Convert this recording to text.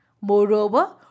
Moreover